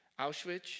Auschwitz